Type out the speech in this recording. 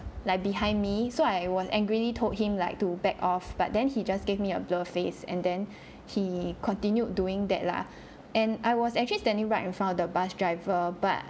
like behind me so I warn angrily told him like to back off but then he just gave me a blur face and then he continued doing that lah and I was actually standing right in front of the bus driver but